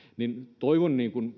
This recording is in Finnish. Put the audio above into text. toivon